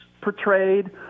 portrayed